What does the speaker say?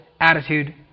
attitude